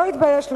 לא התבייש לומר: